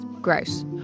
Gross